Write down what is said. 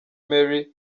merry